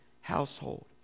household